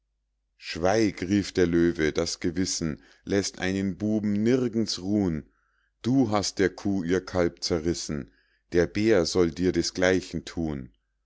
schweig rief der löwe das gewissen läßt einen buben nirgends ruhn du hast der kuh ihr kalb zerrissen der bär soll dir desgleichen thun